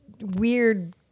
weird